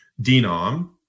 denom